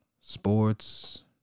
sports